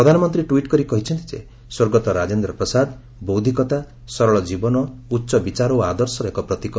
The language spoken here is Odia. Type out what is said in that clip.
ପ୍ରଧାନମନ୍ତ୍ରୀ ଟୁଇଟ୍କରି କହିଛନ୍ତି ଯେ ସ୍ୱର୍ଗତଃ ରାଜେନ୍ଦ୍ର ପ୍ରସାଦ ବୌଦ୍ଧିକତା ସରଳ ଜୀବନ ଉଚ୍ଚବିଚାର ଓ ଆଦର୍ଶର ଏକ ପ୍ରତୀକ